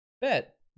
Bet